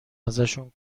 ازشون